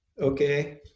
Okay